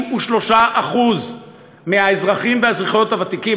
43% מהאזרחים והאזרחיות הוותיקים,